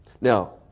Now